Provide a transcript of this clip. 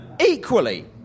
equally